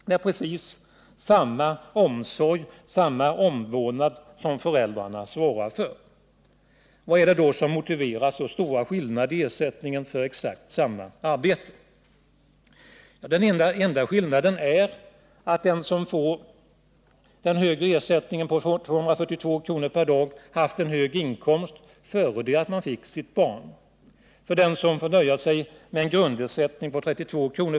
Det är precis samma omsorg, samma omvårdnad, som föräldrarna svarar för. Vad är det då som motiverar så stora skillnader i ersättning för exakt samma arbete? Den enda skillnaden är att den som får den högre ersättningen på 242 kr. per dag har haft en hög inkomst före det att man fick sitt barn. För den som får nöja sig med grundersättningen på 32 kr.